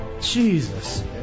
Jesus